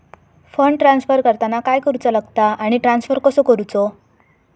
Fund transfer करताना काय करुचा लगता आनी ट्रान्स्फर कसो करूचो?